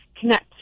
connect